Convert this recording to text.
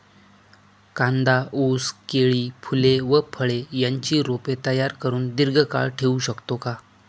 कांदा, ऊस, केळी, फूले व फळे यांची रोपे तयार करुन दिर्घकाळ ठेवू शकतो का?